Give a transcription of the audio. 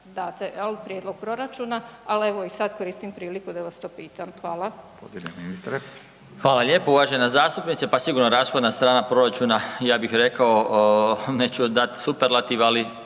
jel prijedlog proračuna, al evo i sad koristim priliku da vas to pitam. Hvala. **Radin, Furio (Nezavisni)** g. ministre. **Marić, Zdravko** Hvala lijepo uvažena zastupnice, pa sigurno rashodna strana proračuna, ja bih rekao, neću joj dat superlativ, ali